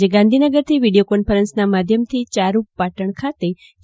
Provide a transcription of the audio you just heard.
આજે ગાંધીનગરથી વિડીયો કોન્ફરન્સના માધ્યમથી ચારૂપ પાટણ ખાતેજી